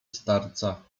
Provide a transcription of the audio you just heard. starca